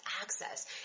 access